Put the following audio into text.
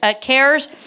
cares